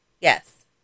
Yes